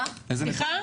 סליחה?